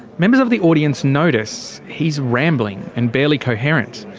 members of the audience notice he's rambling and barely coherent.